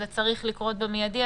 זה צריך לקרות באופן מיידי.